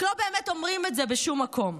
רק לא באמת אומרים את זה בשום מקום,